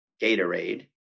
Gatorade